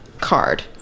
card